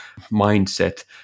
mindset